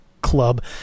club